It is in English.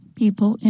people